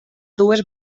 dues